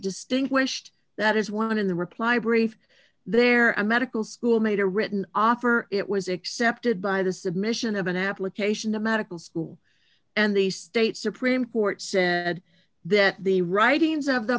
distinguished that is one in the reply brief there a medical school made a written offer it was accepted by the submission of an application to medical school and the state supreme court said that the writings of the